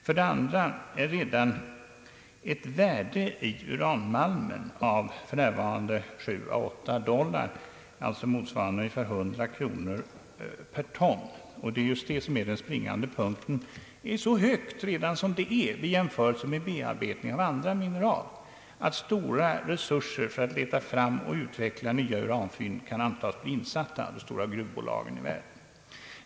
För det andra är redan ett värde i uranmalmen av 7 å 8 dollar, motsvarande ungefär 100 kronor per ton — och det är detta, som är den springande punkten så högt redan som det är i jämförelse med bearbetningen av andra mineral, att stora resurser för att leta fram och utveckla nya uranfynd kan antas bli insatta av de stora gruvbolagen i världen.